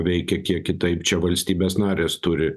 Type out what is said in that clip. veikia kiek kitaip čia valstybės narės turi